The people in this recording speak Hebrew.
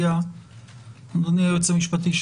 אדוני היועץ המשפטי,